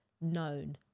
known